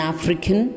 African